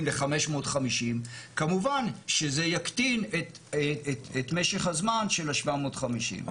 ל-550 כמובן שזה יקטין את משך הזמן של ה-750.